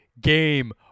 Game